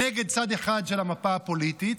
נגד צד אחד של המפה הפוליטית,